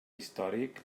històric